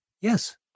Yes